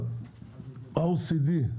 ה-OECD,